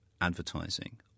advertising